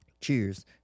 Cheers